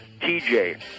TJ